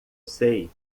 sei